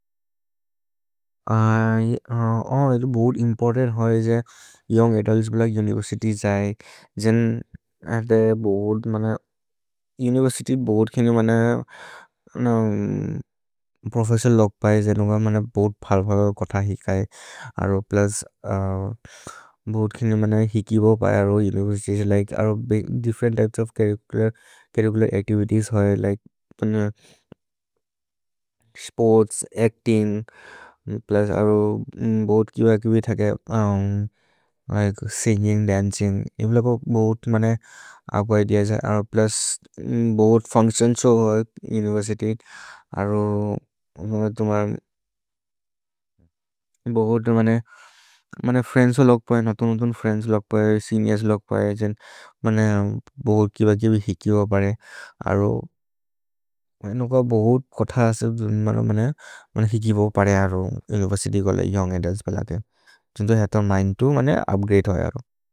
बहुत इंपोर्टेर होई जे यौंग एड़ाल्स बला युनिवर्सिटी जाए जेन अधे बोर्ड मना युनिवर्सिटी बोर्ड के लिए मना प्रोफेसर लोग पाए मना बोर्ड फाल-फाल कथा ही काए। अरो प्लस बोर्ड के लिए मना ही की बो पाए अरो युनिवर्सिटी जाए बोर्ड मना फ्रेंस लोग पाए, नथुन-नथुन फ्रेंस लोग पाए, सीनियर्स लोग पाए। जेन मना बोर्ड की बाद की बाद ही की बाद पाए अरो मना नुका बोर्ड कथा ही की बाद पाए अरो युनिवर्सिटी कोले यौंग एड़ाल्स बला दे चिंदु हेतर माइंटु मने अपगेट है अरो।